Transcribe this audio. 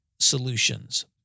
solutions